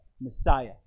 Messiah